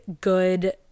good